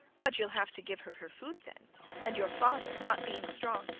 but you'll have to give her her food then and your father, not being strong,